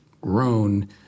grown